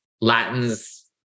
Latins